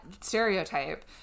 stereotype